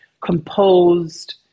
composed